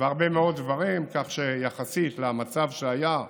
והרבה מאוד דברים, כך שיחסית למצב שהיה ולסגירה,